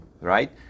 right